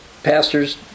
Pastors